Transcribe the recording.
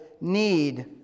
need